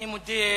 אני מודה לאדוני,